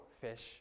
fish